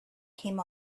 came